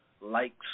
likes